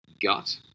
gut